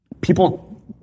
people